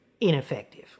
ineffective